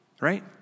right